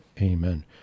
Amen